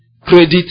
credit